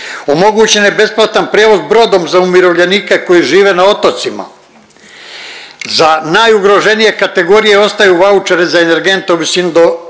omogućen je besplatan prijevoz brodom za umirovljenike koji žive na otocima. Za najugroženije kategorije ostaju vaučeri za energente u visini